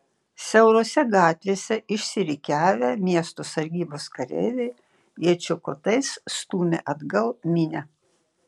siaurose gatvėse išsirikiavę miesto sargybos kareiviai iečių kotais stūmė atgal minią